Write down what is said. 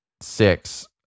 six